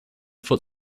foot